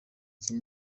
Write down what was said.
iki